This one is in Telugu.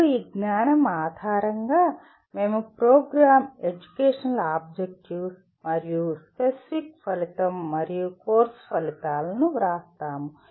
అప్పుడు ఈ జ్ఞానం ఆధారంగా మేము program educational objectives program specific ఫలితం మరియు కోర్సు ఫలితాలను వ్రాస్తాము